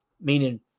meaning